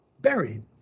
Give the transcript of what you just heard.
Buried